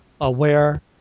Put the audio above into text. aware